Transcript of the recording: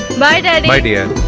by then